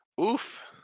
Oof